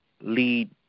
lead